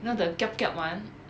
you know the kiap kiap